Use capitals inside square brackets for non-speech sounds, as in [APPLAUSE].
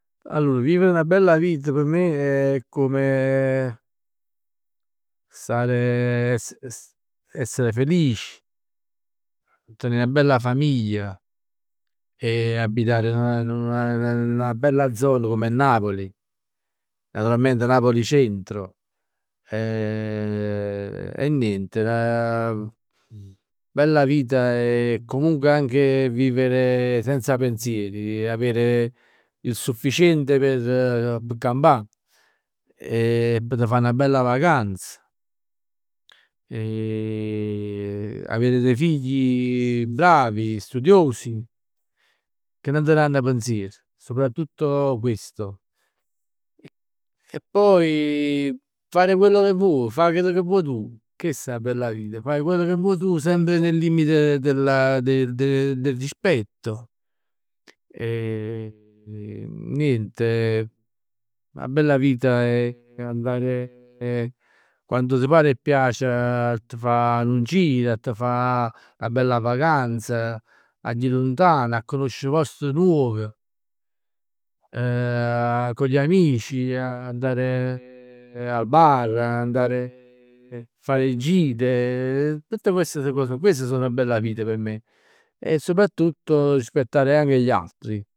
Allor vivere 'na bella vita p' me [HESITATION] è come [HESITATION] stare [HESITATION] es- s- essere felici, tenè 'na bella famiglia e abitare in una, in una una bella zona come Napoli. Naturalmente Napoli centro, [HESITATION] e niente. [HESITATION] 'Na bella vita [HESITATION] è comunque anche vivere senza pensieri e avere sufficiente p' campà [HESITATION] e p' t' fa 'na bella vacanz. [HESITATION] E avere dei figli bravi, studiosi, che nun t' danno pensier. Soprattutto questo. E poi fare quello che vuoi, fà chell che vuò tu. Chest è 'a bella vita, fa chell che vuò tu, sempre nel limite del del del rispetto e [HESITATION] niente. [HESITATION] 'Na bella vita è [HESITATION] andare [HESITATION] quando t' pare e piace a t' fa nu gir, a t' fa 'na bella vacanz, a ji luntan, a cunoscere posti nuov. [HESITATION] Con gli amici, andare [HESITATION] al bar, andare [HESITATION] a fare gite. [HESITATION] Tutte queste cose. Questa so 'na bella vita p' me. E soprattutto rispettare anche gli altri.